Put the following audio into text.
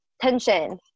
tension